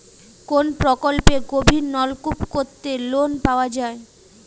কোন প্রকল্পে গভির নলকুপ করতে লোন পাওয়া য়ায়?